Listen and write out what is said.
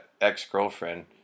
ex-girlfriend